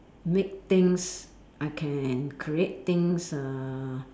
make things I can create things uh